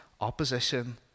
opposition